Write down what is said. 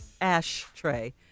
Ashtray